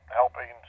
helping